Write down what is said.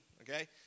Okay